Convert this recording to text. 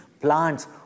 plants